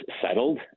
settled